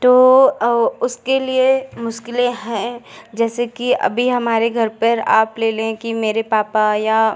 तो और उसके लिए मुश्किलें हैं जैसे कि अभी हमारे घर पर आप ले लें कि मेरे पापा या